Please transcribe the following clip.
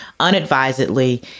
unadvisedly